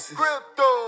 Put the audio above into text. crypto